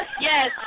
Yes